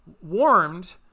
warmed